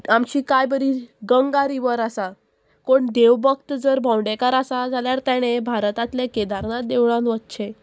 आमची कांय बरी गंगा रिवर आसा कोण देव भक्त जर भोंवडेकार आसा जाल्यार तेणें भारतांतलें केदारनाथ देवळान वच्चें